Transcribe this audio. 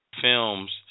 films